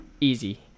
easy